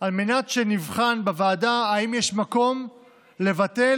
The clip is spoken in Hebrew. על מנת שנבחן בוועדה אם יש מקום לבטל,